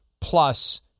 plus